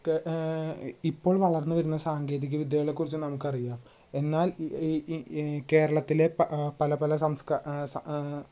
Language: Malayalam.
ക്ക് ഇപ്പോൾ വളർന്നു വരുന്ന സാങ്കേതിക വിദ്യകളെക്കുറിച്ചു നമുക്കറിയാം എന്നാൽ ഇ ഇ കേരളത്തിലെ പല പല സംസ്കാരം സ